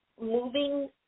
moving